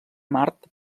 mart